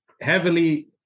heavily